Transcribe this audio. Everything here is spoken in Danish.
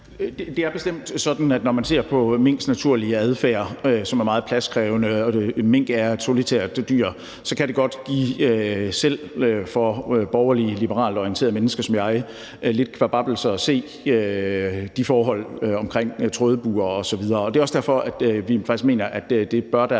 Det er bestemt sådan, at når man ser på minks naturlige adfærd, som er meget pladskrævende – og mink er et solitært dyr – så kan det selv for borgerlige, liberalt orienterede mennesker som mig give lidt kvababbelse at se de forhold, der er omkring trådbure osv. Det er også derfor, vi faktisk mener der bør